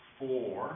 four